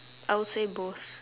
I would say both